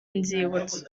inzibutso